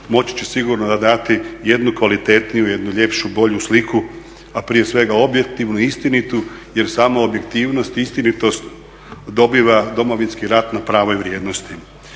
moći će sigurno dati jednu kvalitetniju, jednu ljepšu, bolju sliku a prije svega objektivnu, istinitu jer samo objektivnost i istinitost dobiva Domovinski rat na pravoj vrijednosti.